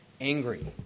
angry